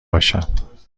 باشم